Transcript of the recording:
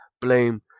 blame